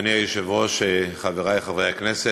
אדוני היושב-ראש, חברי חברי הכנסת,